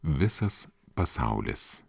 visas pasaulis